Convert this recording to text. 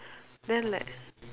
then like